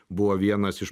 buvo vienas iš